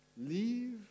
Leave